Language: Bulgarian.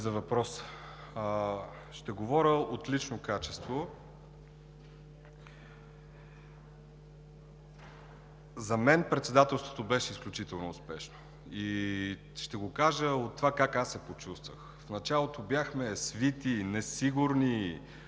за въпроса. Ще говоря от лично качество. За мен Председателството беше изключително успешно и ще го кажа от това как аз се почувствах. В началото бяхме свити, несигурни,